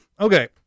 Okay